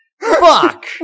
Fuck